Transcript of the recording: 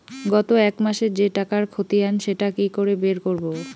গত এক মাসের যে টাকার খতিয়ান সেটা কি করে বের করব?